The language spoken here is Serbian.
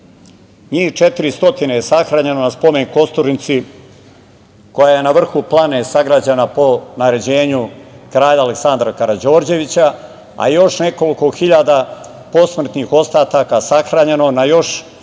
Njih 400 je sahranjeno na spomen-kosturnici koja je na vrhu planine sagrađena po naređenju kralja Aleksandra Karađorđevića, a još nekoliko hiljada posmrtnih ostataka sahranjeno je na još